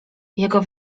jego